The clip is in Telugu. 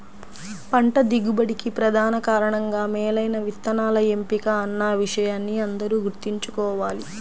పంట దిగుబడికి ప్రధాన కారణంగా మేలైన విత్తనాల ఎంపిక అన్న విషయాన్ని అందరూ గుర్తుంచుకోవాలి